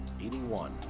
81